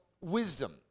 wisdom